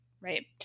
Right